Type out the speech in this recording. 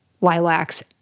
lilacs